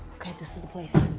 ok, this is the place.